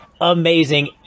Amazing